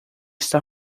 está